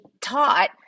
taught